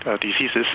diseases